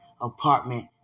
apartment